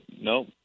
no